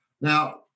Now